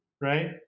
right